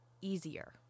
easier